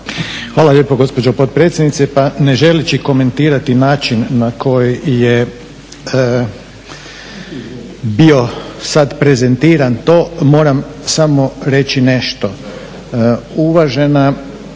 Hvala lijepo gospođo potpredsjednice. Pa ne želeći komentirati način na koji je bio sad prezentiran, to moram samo reći nešto. Uvažena